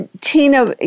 Tina